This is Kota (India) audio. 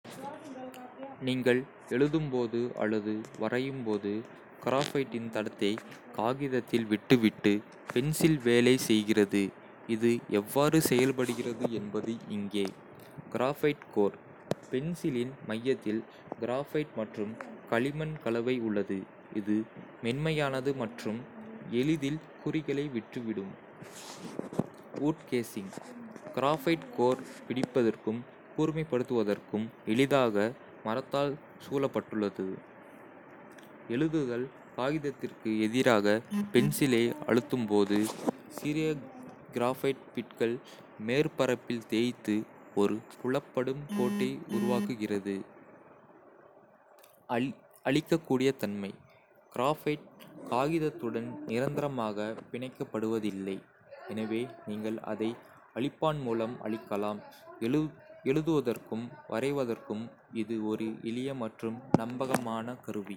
நீங்கள் எழுதும்போது அல்லது வரையும்போது கிராஃபைட்டின் தடத்தை காகிதத்தில் விட்டுவிட்டு பென்சில் வேலை செய்கிறது. இது எவ்வாறு செயல்படுகிறது என்பது இங்கே. கிராஃபைட் கோர்: பென்சிலின் மையத்தில் கிராஃபைட் மற்றும் களிமண் கலவை உள்ளது, இது மென்மையானது மற்றும் எளிதில் குறிகளை விட்டுவிடும். வூட் கேசிங்: கிராஃபைட் கோர், பிடிப்பதற்கும் கூர்மைப்படுத்துவதற்கும் எளிதாக மரத்தால் சூழப்பட்டுள்ளது. எழுதுதல்: காகிதத்திற்கு எதிராக பென்சிலை அழுத்தும் போது, சிறிய கிராஃபைட் பிட்கள் மேற்பரப்பில் தேய்த்து, ஒரு புலப்படும் கோட்டை உருவாக்குகிறது. அழிக்கக்கூடிய தன்மை கிராஃபைட் காகிதத்துடன் நிரந்தரமாக பிணைக்கப்படுவதில்லை, எனவே நீங்கள் அதை அழிப்பான் மூலம் அழிக்கலாம். எழுதுவதற்கும் வரைவதற்கும் இது ஒரு எளிய மற்றும் நம்பகமான கருவி.